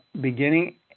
beginning